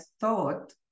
thought